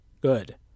Good